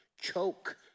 choke